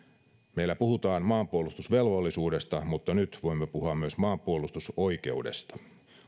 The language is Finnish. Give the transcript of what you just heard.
meillä puhutaan maanpuolustusvelvollisuudesta mutta nyt voimme puhua myös maanpuolustusoikeudesta